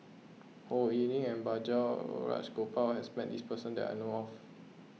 Ho Lee Ling and Balraj Gopal has met this person that I know of